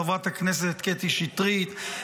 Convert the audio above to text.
חברת הכנסת קטי שטרית,